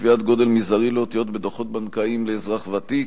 קביעת גודל מזערי לאותיות בדוחות בנקאיים לאזרח ותיק),